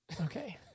Okay